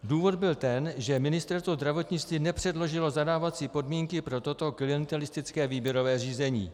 Důvod byl ten, že Ministerstvo zdravotnictví nepředložilo zadávací podmínky pro toto klientelistické výběrové řízení.